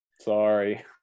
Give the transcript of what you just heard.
Sorry